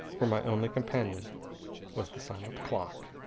where my only companion was the silent clock.